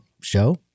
show